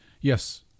yes